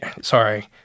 Sorry